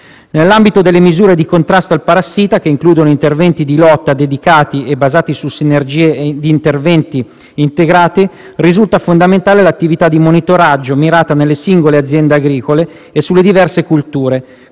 Nell'ambito delle misure di contrasto al parassita - che includono interventi di lotta dedicati, basati su strategie d'intervento integrate - risulta fondamentale l'attività di monitoraggio mirata nelle singole aziende agricole e sulle diverse colture